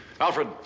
Alfred